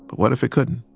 what if it couldn't?